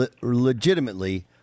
legitimately –